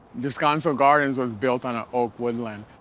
descanso gardens was built on an oak woodland.